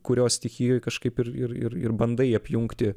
kurios stichijoj kažkaip ir ir ir ir bandai apjungti